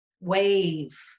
wave